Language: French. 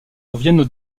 reviennent